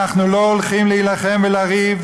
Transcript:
אנחנו לא הולכים להילחם ולריב,